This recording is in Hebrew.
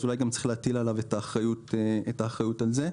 אז אולי גם צריך להטיל עליו את האחריות על זה.